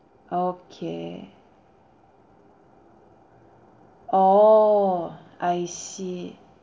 okay orh I see